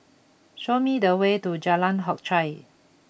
show me the way to Jalan Hock Chye